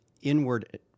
inward